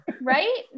Right